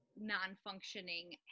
non-functioning